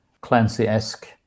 Clancy-esque